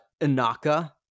Inaka